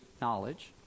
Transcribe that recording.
knowledge